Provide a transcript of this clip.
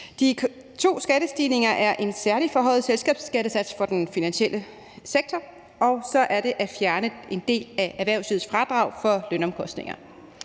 De to skattestigninger er dels en særlig forhøjet selskabsskattesats for den finansielle sektor, dels en fjernelse af en del af erhvervslivets fradrag for lønomkostninger.